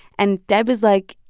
and deb is like,